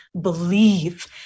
believe